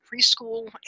preschool